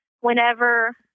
whenever